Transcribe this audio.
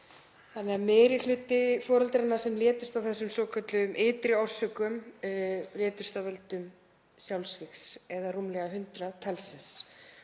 þannig að meiri hluti foreldranna sem létust af þessum svokölluðum ytri orsökum létust af völdum sjálfsvígs, eða rúmlega 100 talsins.